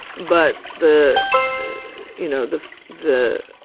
but the you know, the the